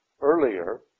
earlier